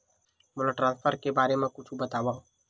मोला ट्रान्सफर के बारे मा कुछु बतावव?